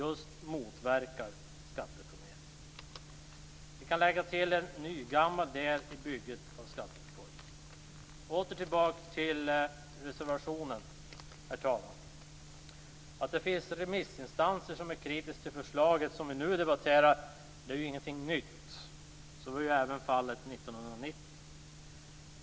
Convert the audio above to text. Det motverkar just skatteplanering. Vi kan lägga till en nygammal del i bygget av skattereformen. Men åter till reservationen, herr talman. Att det finns remissinstanser som är kritiska till det förslag som vi nu debatterar är ingenting nytt. Så var även fallet 1990.